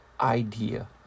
idea